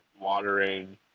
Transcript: watering